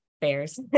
bears